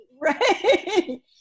Right